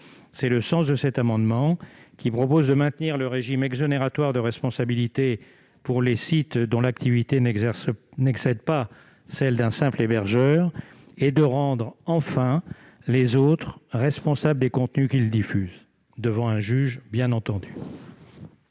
C'est le sens de cet amendement, qui vise à maintenir le régime exonératoire de responsabilité pour les sites dont l'activité n'excède pas celle d'un simple hébergeur et à rendre enfin responsables les autres sites pour les contenus qu'ils diffusent, bien entendu